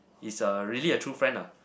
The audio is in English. it's a really a true friend lah